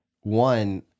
one